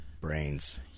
Brains